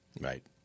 Right